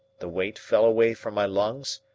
the weight fell away from my lungs,